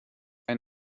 ein